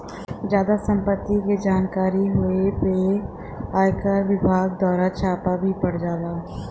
जादा सम्पत्ति के जानकारी होए पे आयकर विभाग दवारा छापा भी पड़ जाला